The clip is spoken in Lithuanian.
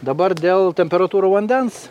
dabar dėl temperatūrų vandens